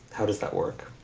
how does that work?